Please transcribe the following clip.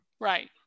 right